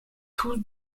tous